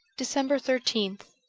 december thirteenth